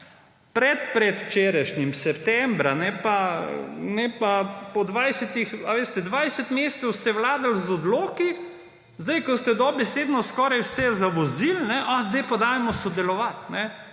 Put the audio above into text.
predpredvčerajšnjim, septembra. Dvajset mesecev ste vladali z odloki, zdaj ko ste dobesedno skoraj vse zavozili – a, zdaj pa dajmo sodelovati.